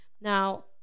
Now